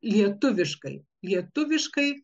lietuviškai lietuviškai